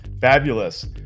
Fabulous